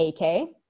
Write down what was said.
AK